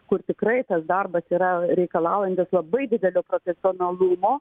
kur tikrai tas darbas yra reikalaujantis labai didelio profesionalumo